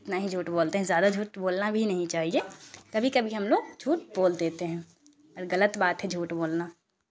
نہیں جھوٹ بولتے ہیں زیادہ جھوٹ بولنا بھی نہیں چاہیے کبھی کبھی ہم لوگ جھوٹ بول دیتے ہیں غلط بات ہے جھوٹ بولنا